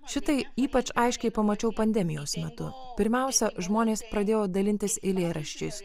šitai ypač aiškiai pamačiau pandemijos metu pirmiausia žmonės pradėjo dalintis eilėraščiais